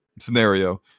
scenario